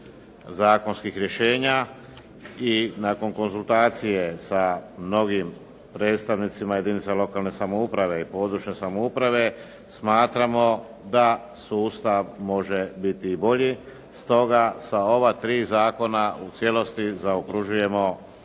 zakonskih rješenja i nakon konzultacije sa mnogim predstavnicima jedinica lokalne samouprave i područne samouprave, smatramo da sustav može biti i bolji. Stoga sa ova tri zakona u cijelosti zaokružujemo